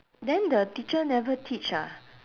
then the teacher never teach ah